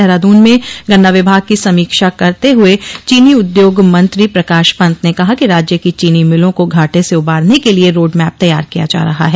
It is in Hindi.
देहरादून में गन्ना विभाग की समीक्षा करते हुए चीनी उद्योग मंत्री प्रकाश पन्त ने कहा कि राज्य की चीनी मिलों को घाटे से उबारने के लिए रोड़मैप तैयार किया जा रहा है